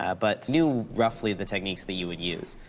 ah but knew roughly the techniques that you would use.